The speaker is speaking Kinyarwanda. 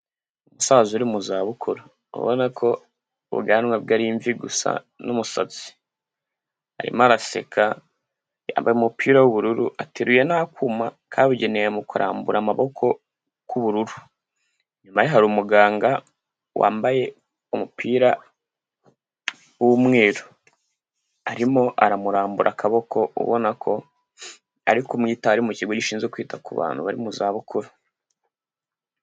Umusaza uri mu za bukuru, abona ko ubwanwa bwe ari imvi gusa n'umusatsi. Arimo araseka yambaye umupira w'ubururu, ateruye n'akuma kabugenewe mu kurambura amaboko k'ubururu. Inyuma ye hari umuganga wambaye umupira w'umweru. Arimo aramurambura akaboko, ubona ko ari kumwitaho, ari mu kigo gishinzwe kwita ku bantu bari mu za bukuru.